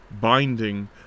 binding